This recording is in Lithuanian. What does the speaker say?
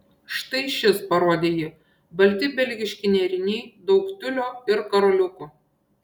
štai šis parodė ji balti belgiški nėriniai daug tiulio ir karoliukų